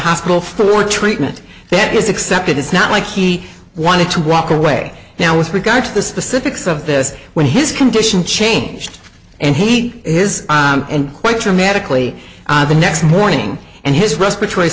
hospital for treatment that is accepted it's not like he wanted to walk away now with regard to the specifics of this when his condition changed and he his and quite dramatically the next morning and his respiratory